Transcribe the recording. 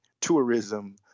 tourism